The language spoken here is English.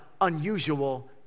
unusual